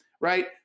Right